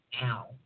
now